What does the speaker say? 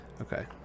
okay